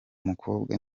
mukobwa